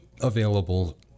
available